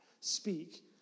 speak